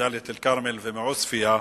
מדאלית-אל-כרמל ומעוספיא,